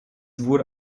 wurde